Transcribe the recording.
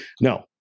No